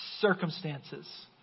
circumstances